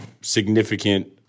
significant